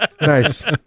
Nice